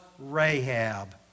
Rahab